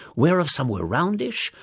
whereof some were roundish,